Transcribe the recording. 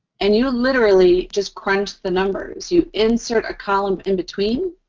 and you literally just crunch the numbers. you insert a column in between,